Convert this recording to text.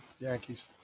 Yankees